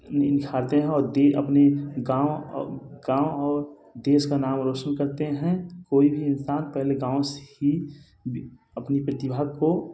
निखारते हैं और दि अपने गाँव गाँव और देश का नाम रौशन करते हैं कोई भी इंसान पहले गाँव से ही अपनी प्रतिभा को